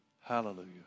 Hallelujah